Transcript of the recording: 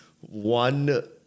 one